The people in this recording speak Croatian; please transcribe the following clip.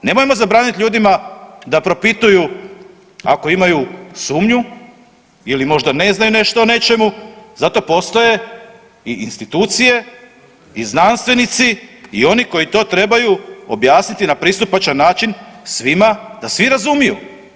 A nemojmo zabraniti ljudima da propituju ako imaju sumnju ili možda ne znaju nešto o nečemu zato postoje i institucije i znanstvenici i oni koji to trebaju objasniti na pristupačan način da svi razumiju.